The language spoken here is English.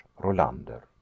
Rolander